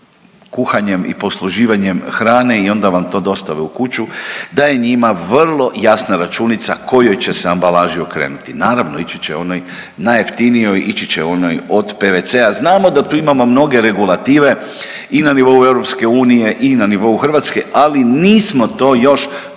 kuhanjem i posluživanjem hrane i onda vam to dostave u kuću da je njima vrlo jasna računica kojoj će se ambalaži okrenuti. Naravno, ići će onoj najjeftinijoj, ići će onoj od pvc-a. Znamo da tu imamo mnoge regulative i na nivou Europske unije i na nivou Hrvatske ali nismo to još dovoljno